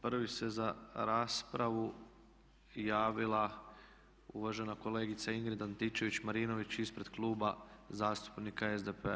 Prva se za raspravu javila uvažena kolegica Ingrid Antičević-Marinović ispred Kluba zastupnika SDP-a.